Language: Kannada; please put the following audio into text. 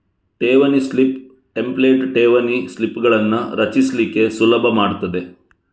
ಠೇವಣಿ ಸ್ಲಿಪ್ ಟೆಂಪ್ಲೇಟ್ ಠೇವಣಿ ಸ್ಲಿಪ್ಪುಗಳನ್ನ ರಚಿಸ್ಲಿಕ್ಕೆ ಸುಲಭ ಮಾಡ್ತದೆ